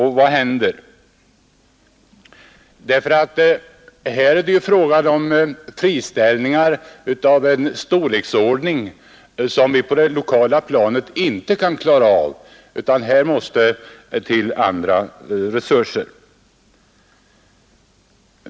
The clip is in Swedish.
Här är det ju fråga om friställningar av en storleksordning som vi på det lokala planet inte kan klara av, utan här måste till andra resurser.